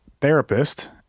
therapist